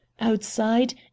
Outside